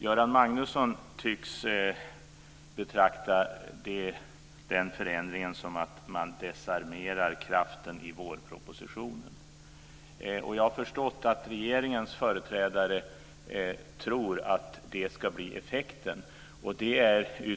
Göran Magnusson tycks betrakta den förändringen som en desarmering av kraften i vårpropositionen. Jag har förstått att regeringens företrädare tror att det ska bli effekten.